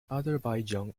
azerbaijan